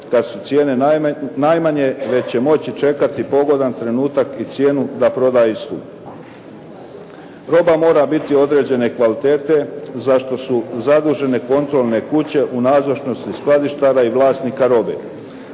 kada su cijene najmanje, već će moći čekati pogodan trenutak i cijenu da proda … /Govornik se ne razumije./ … Roba mora biti određene kvalitete zašto su zadužene kontrolne kuće u nadležnosti skladištara i vlasnika robe.